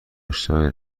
اشتباه